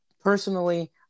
personally